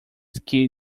ski